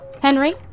Henry